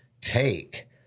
take